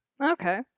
Okay